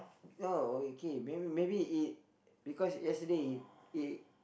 oh okay may maybe it because yesterday it it